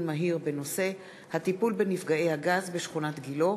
מהיר בנושא: הטיפול בנפגעי הגז בשכונת גילה,